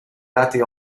dati